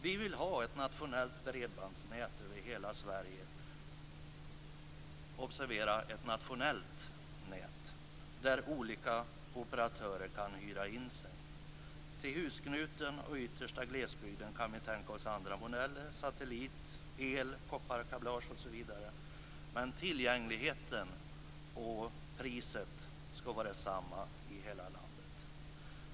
Vi vill ha ett nationellt bredbandsnät - observera att jag säger nationellt nät - över hela Sverige där olika operatörer kan hyra in sig. Till husknuten och yttersta glesbygden kan vi tänka oss andra modeller - satellit, el, kopparkablage, osv. - men tillgängligheten och priset skall vara samma i hela landet.